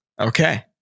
Okay